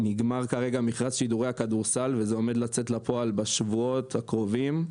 נגמר כרגע מכרז שידורי הכדורסל וזה עומד לצאת לפועל בשבועות הקרובים.